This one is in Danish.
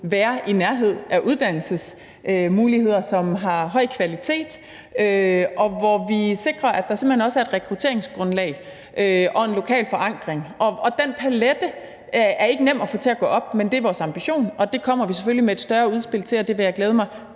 være i nærheden af uddannelsesmuligheder, som har en høj kvalitet, og at vi sikrer, at der simpelt hen også er et rekrutteringsgrundlag og en lokal forankring, og den kabale er ikke nem at få til at gå op. Men det er vores ambition, og vi kommer selvfølgelig med et større udspil, og det vil jeg glæde mig